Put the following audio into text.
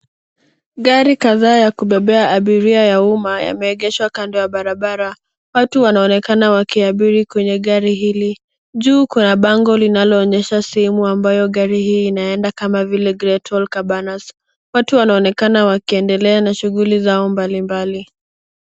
Gari kadhaa ya kubebea abiria ya umma yameegeshwa kando ya barabara. Watu wanaonekana wakiabiri kwenye gari hili. Juu kuna bango linaloonyesha sehemu ambayo gari hii inaenda kama vile Greathol, Kabanas.. Watu wanaonekana wakiendelea na shughuli zao mbalimbali.